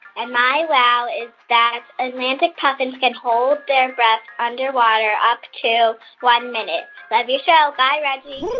and my wow is that atlantic puffins can hold their breath underwater up to one minute. love your show. bye, reggie